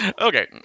Okay